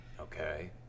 okay